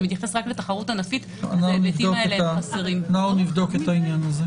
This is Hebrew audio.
נבדוק את העניין.